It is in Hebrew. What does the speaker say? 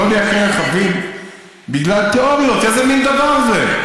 לא לייקר רכבים בגלל תיאוריות, איזה מין דבר זה?